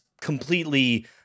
completely